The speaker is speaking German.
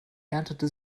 erntete